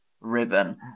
ribbon